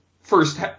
first